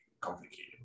complicated